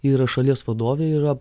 yra šalies vadovė yra